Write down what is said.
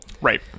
Right